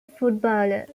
footballer